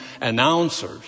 announcers